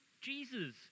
Jesus